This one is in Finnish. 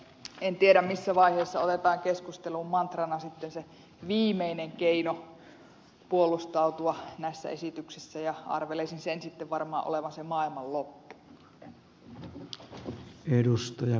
en tiedä missä vaiheessa otetaan keskusteluun mantrana sitten se viimeinen keino puolustautua näissä esityksissä ja arvelisin sen sitten olevan se maailmanloppu